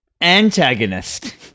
antagonist